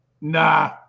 Nah